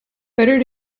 better